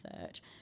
search